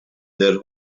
their